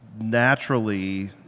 naturally